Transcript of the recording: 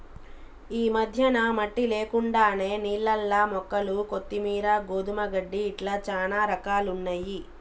ఈ మధ్యన మట్టి లేకుండానే నీళ్లల్ల మొక్కలు కొత్తిమీరు, గోధుమ గడ్డి ఇట్లా చానా రకాలున్నయ్యి